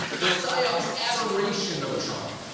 with sayoc's adoration of trump,